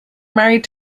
married